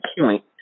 point